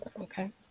Okay